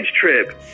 trip